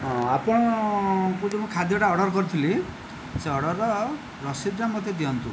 ହଁ ଆପଣଙ୍କୁ ମୁଁ ଯେଉଁ ଖାଦ୍ୟଟା ମୁଁ ଅର୍ଡ଼ର କରିଥିଲି ସେ ଅର୍ଡ଼ରର ରସିଦଟା ମୋତେ ଦିଅନ୍ତୁ